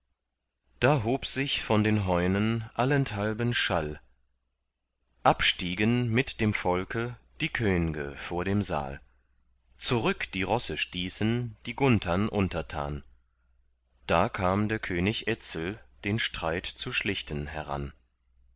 da hob sich von den heunen allenthalben schall abstiegen mit dem volke die könge vor dem saal zurück die rosse stießen die gunthern untertan da kam der könig etzel den streit zu schlichten heran